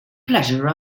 pleasure